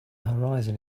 horizon